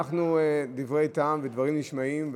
דברי טעם ודברים נשמעים,